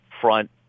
front